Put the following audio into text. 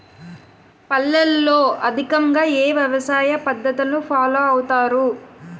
పల్లెల్లో అధికంగా ఏ వ్యవసాయ పద్ధతులను ఫాలో అవతారు?